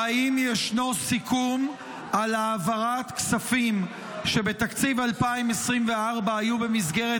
והאם ישנו סיכום על העברת כספים שבתקציב 2024 היו במסגרת